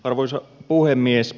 arvoisa puhemies